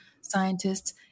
scientists